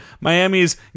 Miami's